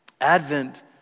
Advent